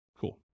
Cool